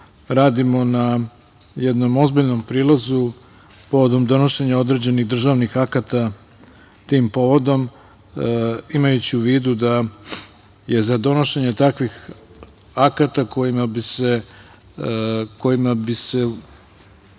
radimo na jednom ozbiljnom prilazu povodom donošenja određenih državnih akata tim povodom, imajući u vidu da je za donošenje takvih akata, kojima bi se